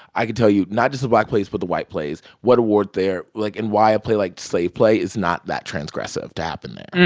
i can tell you not just the black plays but the white plays, plays, what award their like, and why a play like slave play is not that transgressive to happen there,